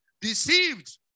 deceived